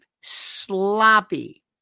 sloppy